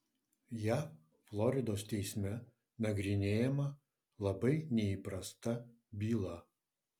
jav floridos teisme nagrinėjama labai neįprasta byla